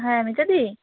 হ্যাঁ মিতা দি